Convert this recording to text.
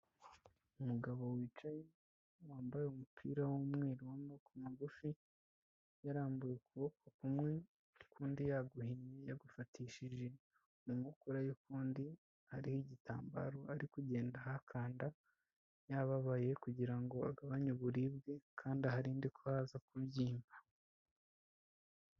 Umugabo wicaye wambaye umupira w'umweru w'amaboko magufi, yarambuye ukuboko kumwe ukundi yaguhinnye yagufatishije mu nkokora y'ukundi, hariho igitambaro ari kugenda ahakanda, yababaye kugira ngo agabanye uburibwe kandi aharinde ko haza kubyimba.